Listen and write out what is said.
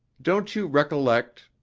don't you recollect.